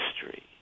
history